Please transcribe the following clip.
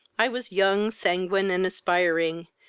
i was young, sanguine, and aspiring,